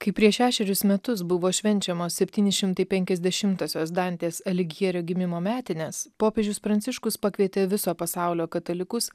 kai prieš šešerius metus buvo švenčiamos septyni šimtai penkiasdešimtosios dantės aligjerio gimimo metines popiežius pranciškus pakvietė viso pasaulio katalikus